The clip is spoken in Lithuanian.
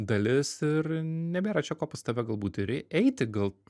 dalis ir nebėra čia ko pas tave gal būt ir eiti gal